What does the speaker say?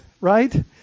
Right